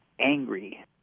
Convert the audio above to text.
angry